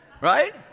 Right